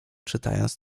czytając